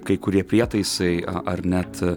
kai kurie prietaisai a ar net